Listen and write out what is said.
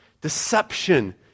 deception